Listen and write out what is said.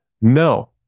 No